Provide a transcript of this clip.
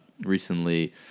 Recently